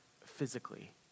physically